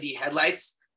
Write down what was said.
headlights